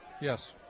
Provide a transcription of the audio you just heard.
yes